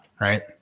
right